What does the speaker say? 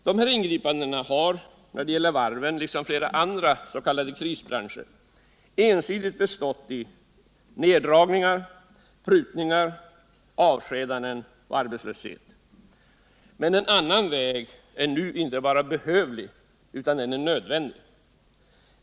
Dessa ingripanden har när det gäller varven liksom flera andra s.k. krisbranscher ensidigt bestått av neddragningar, prutningar, avskedanden och arbetslöshet. Men en annan väg är nu inte bara behövlig utan nödvändig.